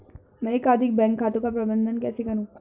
मैं एकाधिक बैंक खातों का प्रबंधन कैसे करूँ?